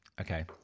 Okay